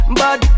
bad